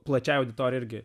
plačiai auditorijai irgi